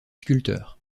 sculpteur